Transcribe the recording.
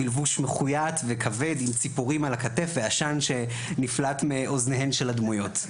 בלבוש מחויט וכבד עם ציפורים על הכתף ועשן שנפלט מאוזניהם של הדמויות.